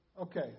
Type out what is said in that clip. Okay